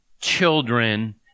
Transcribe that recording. children